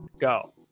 go